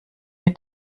mit